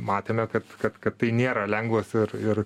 matėme kad kad kad tai nėra lengvas ir ir